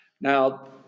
now